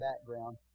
background